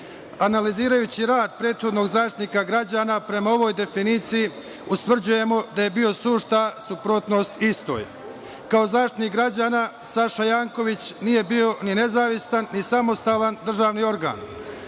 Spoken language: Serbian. manjina. Analizirajući rad prethodnog Zaštitnika građana prema ovoj definiciji utvrđujemo da je bio sušta suprotnost istoj. Kao Zaštitnik građana Saša Janković nije bio ni nezavistan, ni samostalan državni organ.